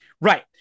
Right